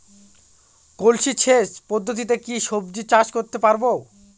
কলসি সেচ পদ্ধতিতে কি সবজি চাষ করতে পারব?